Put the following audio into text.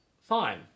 fine